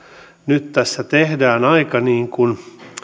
nyt tässä tehdään aika